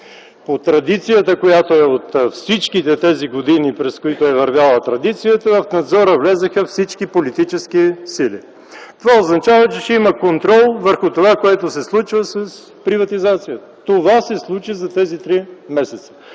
По традицията, която е вървяла през всички тези години, в надзора влязоха всички политически сили. Това означава, че ще имат контрол върху това, което се случва с приватизацията. Това се случи за тези три месеца.